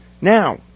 Now